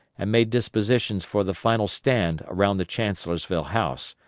and made dispositions for the final stand around the chancellorsville house,